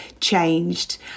changed